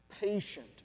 patient